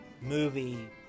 movie